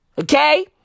Okay